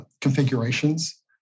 configurations